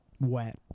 Wet